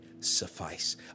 suffice